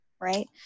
right